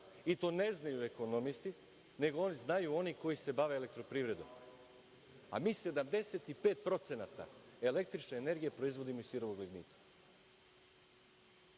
i to ne znaju ekonomisti, nego znaju oni koji se bave elektroprivredom. A mi 75% električne energije proizvodimo iz sirovog lignita. Lepo